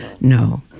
No